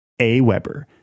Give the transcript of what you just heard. AWeber